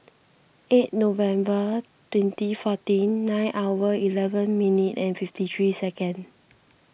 eight November twenty fourteen nine hour eleven minute and fifty three second